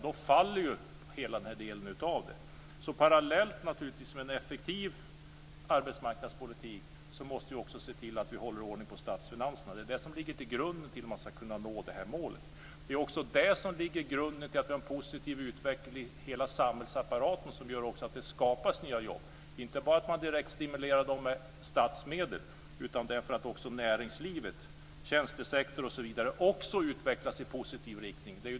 Då faller hela den delen. Parallellt med en effektiv arbetsmarknadspolitik måste vi också se till att vi håller ordning på statsfinanserna. Det är det som ligger till grund för att nå målet. Det ligger till grund för att man ska kunna nå målet. Det ligger också till grund för att vi får en positiv utveckling i hela samhällsapparaten så att det skapas nya jobb. Man kan inte bara stimulera direkt med statsmedel. Näringslivet, tjänstesektorn osv. måste också utvecklas i positiv riktning.